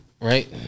Right